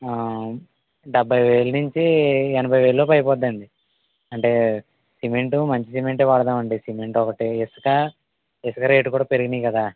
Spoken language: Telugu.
డెబ్భైవేలు నుండి ఎనభైవేల లోపు అయిపోదండి అంటే సిమెంట్ మంచి సిమెంట్ ఏ వడదాం అండి సిమెంట్ ఒకటి ఇసుక ఇసుక రేట్ కూడా పెరిగినాయి కదా